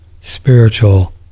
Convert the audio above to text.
spiritual